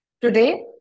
Today